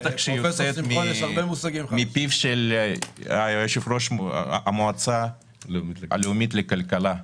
בטח שכהיא יוצאת מפיו של יושב-ראש המועצה הלאומית לכלכלה.